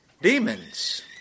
demons